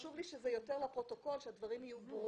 וחשוב לי שזה יהיה בפרוטוקול כדי שהדברים יהיו ברורים.